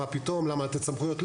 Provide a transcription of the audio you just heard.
אז למה לתת סמכויות.